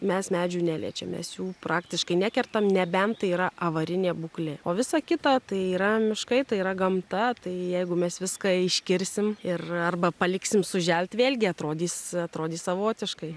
mes medžių neliečiam mes jų praktiškai nekertam nebent tai yra avarinė būklė o visa kita tai yra miškai tai yra gamta tai jeigu mes viską iškirsim ir arba paliksime suželti vėlgi atrodys atrodys savotiškai